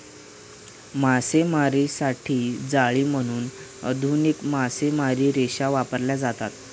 मासेमारीसाठी जाळी म्हणून आधुनिक मासेमारी रेषा वापरल्या जातात